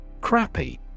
Crappy